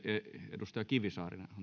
edustaja kivisaari antaa